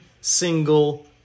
single